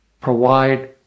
Provide